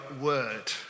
word